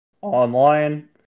online